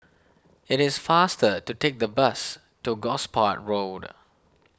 it is faster to take the bus to Gosport Road